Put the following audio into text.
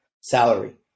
salary